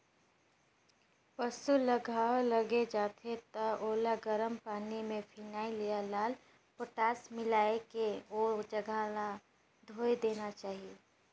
पसु ल घांव लग जाथे त ओला गरम पानी में फिनाइल या लाल पोटास मिलायके ओ जघा ल धोय देना चाही